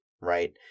right